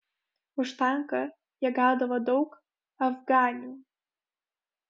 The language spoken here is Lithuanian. už tanką jie gaudavo daug afganių